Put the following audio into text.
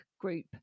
group